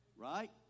right